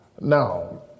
Now